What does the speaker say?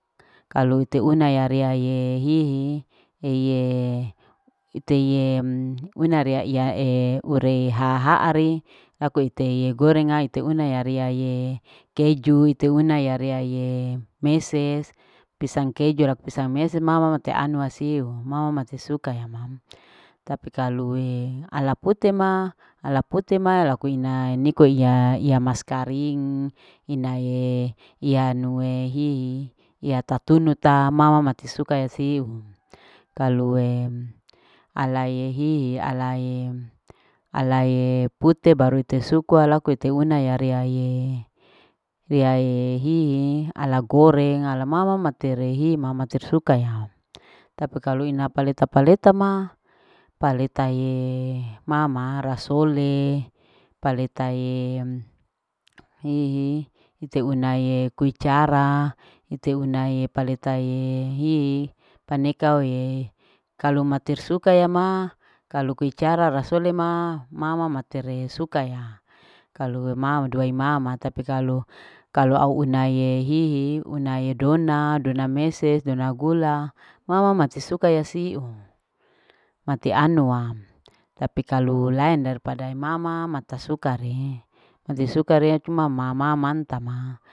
Kalu ite una rea ye hihi heye ite ye una rea iyae ure haha'ari laku iteye gorenga ite una ria iyaye keju ite una ite una reaiyaye meses pisang keju ra pisang meses mam te anu yasiu mamate suka ya mam tapi kalue ala pute ma. ala pute ma laku ina niko iya mas karing inae iyanue hihi iya tatunu ta mama masi suka ya siu kalue ala ye hihi alae pute baru ute sukue laku ute una ya riaye. riaye hihi ala goreng ala mama matehim mama sesukaya tapi kalu ina palete. paleta ma palete yee mama rasole paleta yemm hihi ite unae kui cara ite una palete hihi paneka ye kalu mater suka ya ma kalu kui cara rasole ma mama matere suka ya kalu ma dua imama tapi kalu au unahe hihi. unahe dona. dona mese dona gula mama masi suka ya siu mati anua tapi kalu lain daripada mama mata suka re cuma mama manta ma.